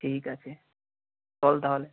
ঠিক আছে চল তাহলে